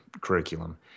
curriculum